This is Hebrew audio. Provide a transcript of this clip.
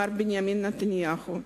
מר בנימין נתניהו,